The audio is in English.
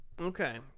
Okay